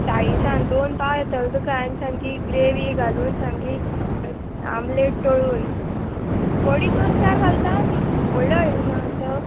चाळिसान दोन पाव येतलो तुका आनी सामकी ग्रेवी घालून सामकी आमलेट टळून फोडी दोन चार घालता आमी व्हडलो हळू न्हू आमच्यो